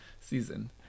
season